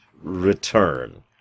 return